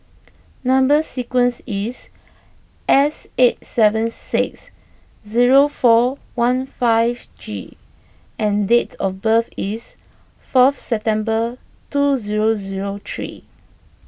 Number Sequence is S eight seven six zero four one five G and date of birth is fourth September two zero zero three